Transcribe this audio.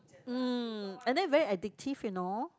mm and then very addictive you know